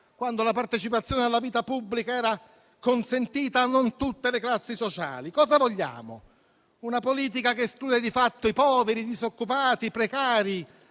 quando la partecipazione alla vita pubblica non era consentita a tutte le classi sociali. Cosa vogliamo? Una politica che escluda di fatto i poveri, i disoccupati o i precari?